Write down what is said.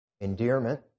endearment